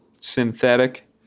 synthetic